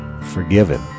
forgiven